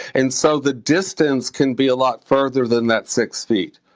and so, the distance can be a lot farther than that six feet.